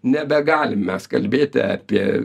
nebegalim mes kalbėti apie